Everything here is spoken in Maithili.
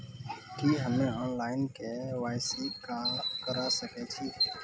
की हम्मे ऑनलाइन, के.वाई.सी करा सकैत छी?